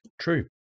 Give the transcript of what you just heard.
True